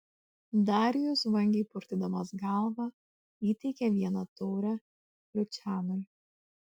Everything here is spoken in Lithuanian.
darijus vangiai purtydamas galvą įteikė vieną taurę lučianui